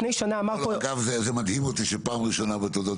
זה מדהים אותי שפעם ראשונה בתולדות